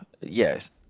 yes